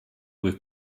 with